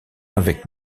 avec